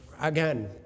again